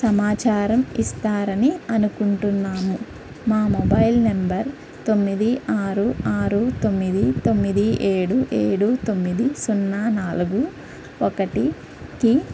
సమాచారం ఇస్తారని అనుకుంటున్నాము మా మొబైల్ నంబర్ తొమ్మిది ఆరు ఆరు తొమ్మిది తొమ్మిది ఏడు ఏడు తొమ్మిది సున్నా నాలుగు ఒకటి కి